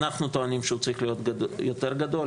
אנחנו טוענים שהוא צריך להיות יותר גדול,